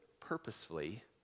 purposefully